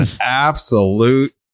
absolute